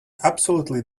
absolutely